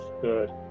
good